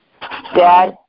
Dad